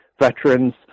Veterans